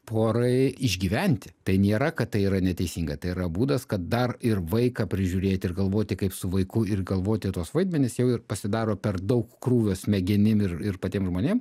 porai išgyventi tai nėra kad tai yra neteisinga tai yra būdas kad dar ir vaiką prižiūrėti ir galvoti kaip su vaiku ir galvoti tuos vaidmenis jau ir pasidaro per daug krūvio smegenim ir ir patiem žmonėm